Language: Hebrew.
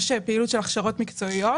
יש פעילות של הכשרות מקצועיות,